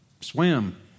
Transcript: Swim